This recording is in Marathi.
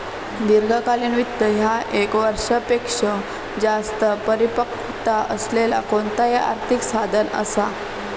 दीर्घकालीन वित्त ह्या ये क वर्षापेक्षो जास्त परिपक्वता असलेला कोणताही आर्थिक साधन असा